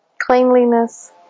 cleanliness